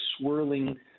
swirling